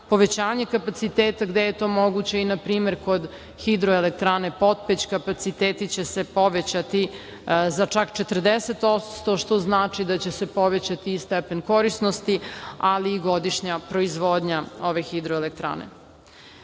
povećanje kapaciteta gde je to moguće. Na primer kod hidroelektrane "Potpeć", kapaciteti će se povećati za čak 40%, što znači da će se povećati i stepen korisnosti, ali i godišnja proizvodnja ove hidroelektrane. Moram